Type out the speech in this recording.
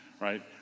right